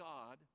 God